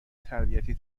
تربیتی